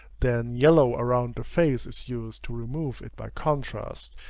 then yellow around the face is used to remove it by contrast,